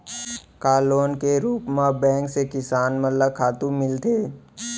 का लोन के रूप मा बैंक से किसान मन ला खातू मिलथे?